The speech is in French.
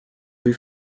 rue